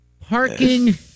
Parking